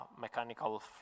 mechanical